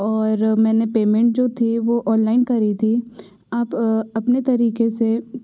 और मैंने पेमेंट जो थी वो ऑनलाइन करी थी आप अपने तरीके से